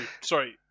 sorry